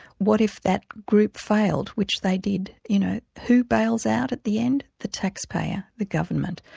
what if that group failed, which they did, you know, who bails out at the end? the taxpayer, the government.